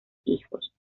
hijos